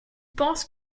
pense